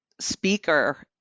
speaker